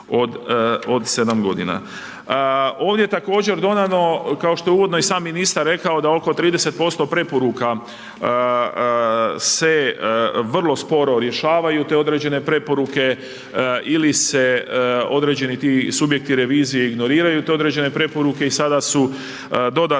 od 7 g. Ovdje također dodano, kao što je uvodno i sam ministar rekao, da oko 30% preporuka, se vrlo sporo rješavaju te određene preporuke, ili se određeni ti subjekti revizije ignoriraju određene preporuke i sada su dodatno